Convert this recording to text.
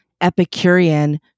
Epicurean